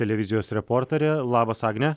televizijos reporterė labas agne